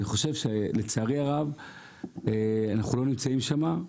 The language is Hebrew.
לצערי הרב אנחנו לא נמצאים שם,